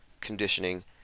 conditioning